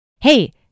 Hey